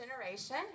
generation